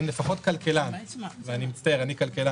לפחות אין כלכלן ואני כלכלן,